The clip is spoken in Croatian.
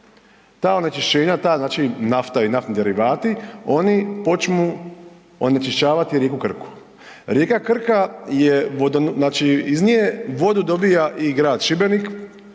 ta znači nafta i naftni derivati oni počnu onečišćavati rijeku Krku. Rijeka Krka je, znači iz nje vodu dobija i grad Šibenik